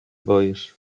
boisz